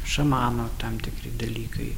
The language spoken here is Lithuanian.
šamano tam tikri dalykai